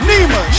Nima